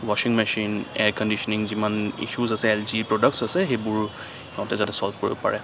ৱাছিং machine air conditioning যিমান issues আছে এল জি প্ৰডাক্টছ আছে সেইবোৰ সিহঁতে যাতে ছলভ কৰিব পাৰে